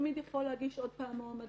הוא תמיד יכול להגיש עוד פעם מועמדות,